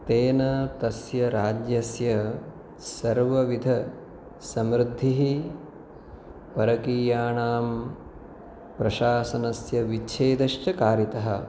तेन तस्य राज्यस्य सर्वविधसमृद्धिः परकीयानां प्रशाषनस्य विच्छेदश्च कारितः